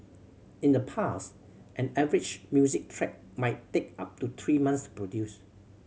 in the past an average music track might take up to three months to produce